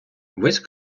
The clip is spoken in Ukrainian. весь